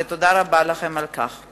ותודה רבה לכם על כך.